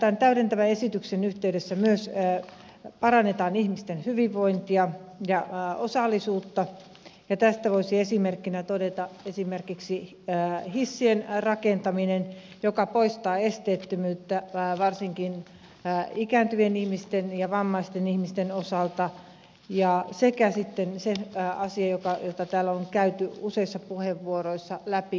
tämän täydentävän esityksen yhteydessä myös parannetaan ihmisten hyvinvointia ja osallisuutta ja tästä voisi esimerkkinä todeta esimerkiksi hissien rakentamisen joka lisää esteettömyyttä varsinkin ikääntyvien ihmisten ja vammaisten ihmisten osalta sekä sitten sen asian jota täällä on käyty useissa puheenvuoroissa läpi